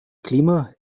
klima